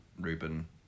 reuben